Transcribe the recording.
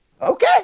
okay